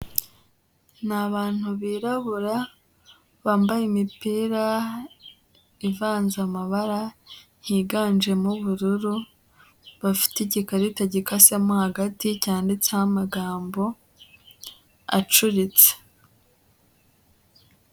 Ni abantu birabura bambaye imipira ivanze amabara higanjemo ubururu, bafite igikarita gikasemo hagati. Cyanditseho amagambo acuritse.